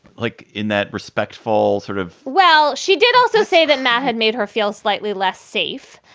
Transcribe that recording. like in that respectful sort of well, she did also say that matt had made her feel slightly less safe.